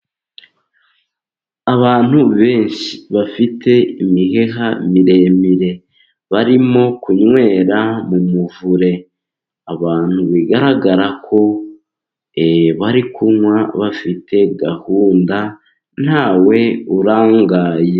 Abantu benshi, bafite imiheha miremire, bari kunywera mu muvure. Abantu bigaragara ko bari kunywa bafite gahunda ntawe urangaye.